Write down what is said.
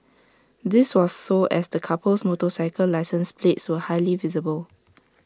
this was so as the couple's motorcycle license plates were highly visible